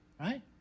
right